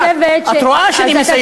אני חושבת, את רואה שאני מסיים.